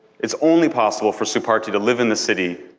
it's only possible for supartie to live in the city,